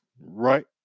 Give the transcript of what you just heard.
right